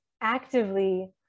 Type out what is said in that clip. actively